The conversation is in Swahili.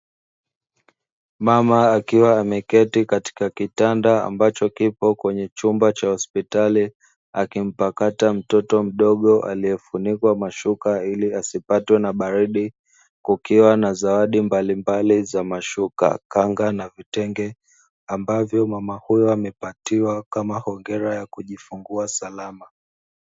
Mama akiwa ameketi katika kitanda ambacho kipo kwenye chumba cha hospitali, akimpakata mtoto mdogo aliyefunikwa mashuka ili asipatwe na baridi. Kukiwa na zawadi mbalimbali za mashuka, kanga na vitenge ambavyo mama huyo amepatiwa kama hongera ya kujifungua salama.